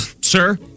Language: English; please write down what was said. Sir